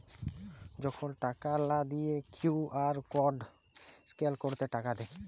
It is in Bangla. যখল টাকা লা দিঁয়ে কিউ.আর কড স্ক্যাল ক্যইরে টাকা দেয়